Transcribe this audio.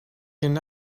can